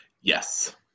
Yes